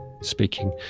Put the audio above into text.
speaking